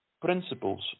Principles